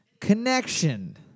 Connection